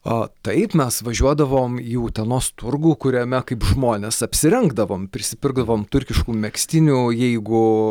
a taip mes važiuodavom į utenos turgų kuriame kaip žmonės apsirengdavom prisipirkdavom turkiškų megztinių jeigu